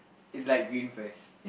it's like green first